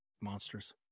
monsters